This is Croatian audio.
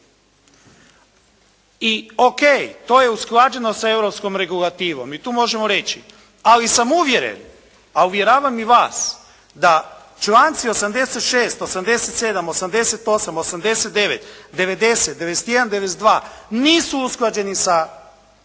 I OK, to je usklađeno sa europskom regulativom i to možemo reći. Ali sam uvjeren, a uvjeravam i vas da članci 86., 87., 878., 89., 90., 91., 92. nisu usklađeni sa europskom